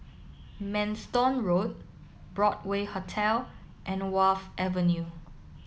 Manston Road Broadway Hotel and Wharf Avenue